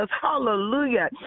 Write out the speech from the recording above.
hallelujah